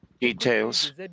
details